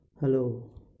Hello